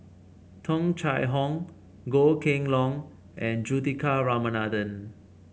Tung Chye Hong Goh Kheng Long and Juthika Ramanathan